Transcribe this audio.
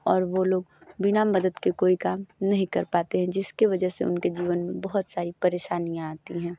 और वो लोग बिना मदद के कोई काम नहीं कर पाते हैं जिसके वजह से उनके जीवन में बहुत सारी परेशानियाँ आती हैं